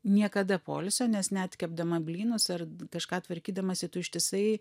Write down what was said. niekada poilsio nes net kepdama blynus ar kažką tvarkydamasi tu ištisai